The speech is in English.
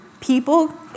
People